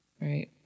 right